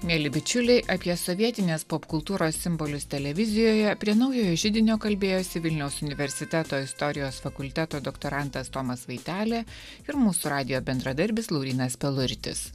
mieli bičiuliai apie sovietinės popkultūros simbolius televizijoje prie naujojo židinio kalbėjosi vilniaus universiteto istorijos fakulteto doktorantas tomas vaitelė ir mūsų radijo bendradarbis laurynas peluritis